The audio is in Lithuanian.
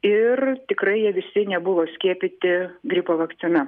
ir tikrai jie visi nebuvo skiepyti gripo vakcina